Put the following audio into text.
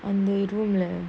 அந்த:antha room leh